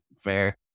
Fair